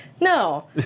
No